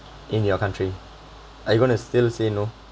in your country are you going to still say no